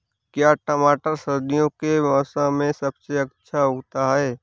क्या टमाटर सर्दियों के मौसम में सबसे अच्छा उगता है?